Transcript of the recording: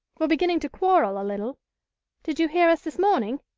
we're beginning to quarrel a little did you hear us this morning?